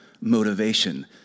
motivation